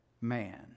man